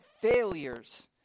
failures